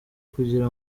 kugira